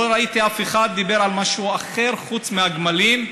לא ראיתי אף אחד שדיבר על משהו אחר חוץ מהגמלים.